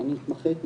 אני התמחיתי